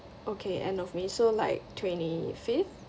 okay end of may so like twenty fifth